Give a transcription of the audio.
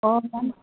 ꯑꯣ